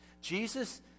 Jesus